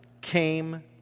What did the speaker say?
came